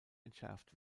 entschärft